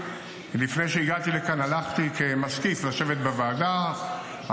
לפני שהגעתי לכאן הלכתי לשבת בוועדה כמשקיף,